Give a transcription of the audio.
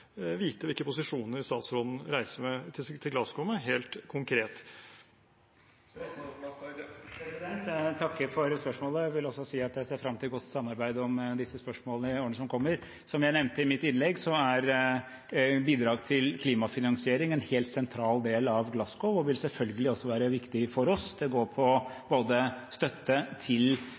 vite hvilke posisjoner statsråden reiser til Glasgow med, helt konkret. Jeg takker for spørsmålet. Jeg vil også si at jeg ser fram til godt samarbeid om disse spørsmålene i årene som kommer. Som jeg nevnte i mitt innlegg, er bidrag til klimafinansiering en helt sentral del av Glasgow og vil selvfølgelig også være viktig for oss. Det går bl.a. på støtte til